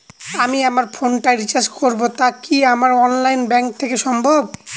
আমি আমার ফোন এ রিচার্জ করব টা কি আমার অনলাইন ব্যাংক থেকেই সম্ভব?